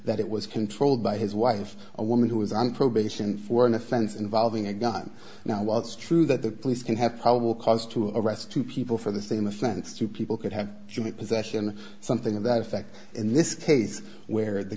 that it was controlled by his wife a woman who was on probation for an offense involving a gun now while it's true that the police can have probable cause to arrest two people for the same offense two people could have possession something of that effect in this case where the